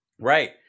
Right